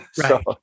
Right